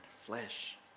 flesh